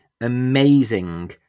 amazing